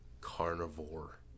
carnivore